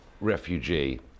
refugee